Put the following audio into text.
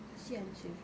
kesian [siol]